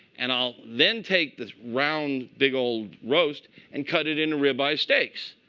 and i'll then take this round, big old roast and cut it in a rib eye steaks.